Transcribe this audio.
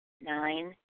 Nine